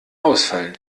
ausfallen